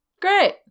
Great